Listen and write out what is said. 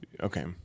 Okay